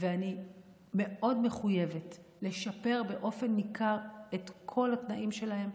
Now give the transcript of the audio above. ואני מאוד מחויבת לשפר באופן ניכר את כל התנאים שלהם,